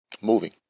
moving